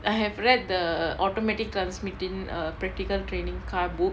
I have read the automatic transmitting err practical training car book